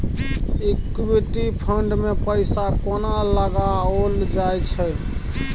Equity fund मे पैसा कोना लगाओल जाय छै?